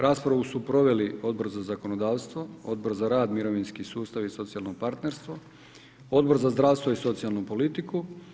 Raspravu su proveli Odbor za zakonodavstvo, Odbor za rad, mirovinski sustav i socijalno partnerstvo, Odbor za zdravstvo i socijalnu politiku.